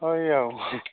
ହଉ ଆଉ